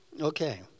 Okay